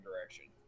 direction